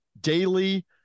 daily